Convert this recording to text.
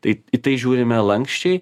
tai į tai žiūrime lanksčiai